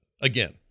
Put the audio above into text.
Again